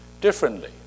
differently